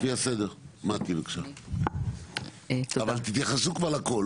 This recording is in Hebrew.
אבל תתייחסו כבר לכול,